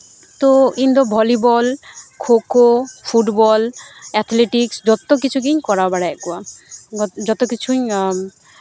ᱛᱚ ᱤᱧᱫᱚ volleyball kho kho football athletics ᱡᱚᱛᱚᱜᱮᱧ ᱠᱚᱨᱟᱣ ᱵᱟᱲᱟᱭᱮᱜ ᱠᱚᱣᱟ ᱡᱚᱛᱚ ᱠᱤᱪᱷᱩᱧ